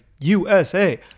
USA